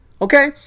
Okay